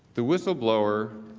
the whistleblower,